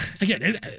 again